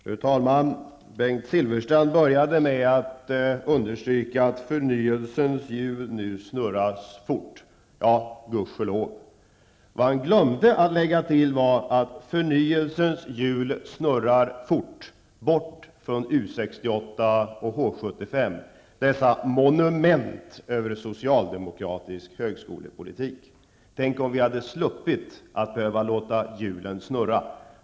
Fru talman! Bengt Silfverstrand började med att understryka att förnyelsens hjul nu snurrar fort. Ja, gudskelov! Vad han glömde att lägga till var att förnyelsens hjul snurrar fort bort från U 68 och H 75, dessa monument över socialdemokratisk högskolepolitik. Tänk om vi hade sluppit att behöva låta hjulen snurra!